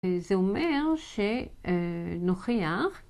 זה אומר שנוכיח